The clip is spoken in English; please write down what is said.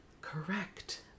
correct